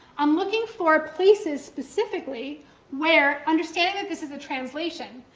i'm looking for places specifically where understanding that this is a translation,